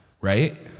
right